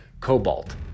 Cobalt